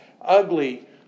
ugly